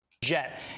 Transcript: jet